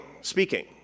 speaking